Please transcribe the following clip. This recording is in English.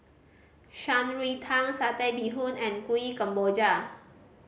Shan Rui Tang Satay Bee Hoon and Kuih Kemboja